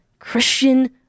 Christian